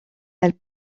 elle